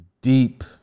deep